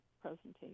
presentation